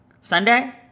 Sunday